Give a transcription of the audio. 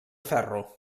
ferro